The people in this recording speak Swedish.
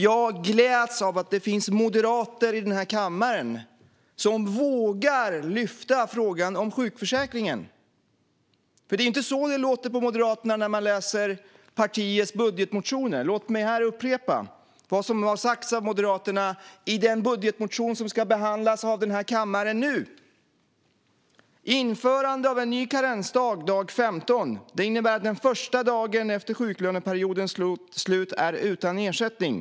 Jag gläds över att det finns moderater i denna kammare som vågar lyfta frågan om sjukförsäkringen. Det är inte så det låter på Moderaterna när man läser partiets budgetmotioner. Låt mig upprepa vad som sagts av Moderaterna i den budgetmotion som nu ska behandlas av denna kammare. Man vill införa en ny karensdag dag 15. Det innebär att den första dagen efter sjuklöneperiodens slut är utan ersättning.